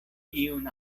iun